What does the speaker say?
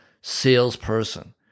salesperson